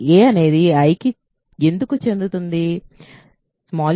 a అనేది I కి ఎందుకు చెందుతుంది